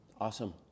Awesome